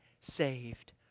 saved